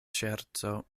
ŝerco